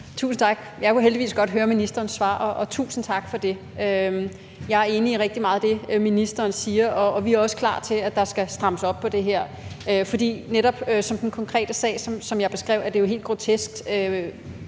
Tusind tak. Jeg kunne heldigvis godt høre ministerens svar, og tusind tak for det. Jeg er enig i rigtig meget af det, ministeren siger, og vi er også klar til, at der skal strammes op på det her. I den konkrete sag, som jeg beskrev, er det jo helt grotesk.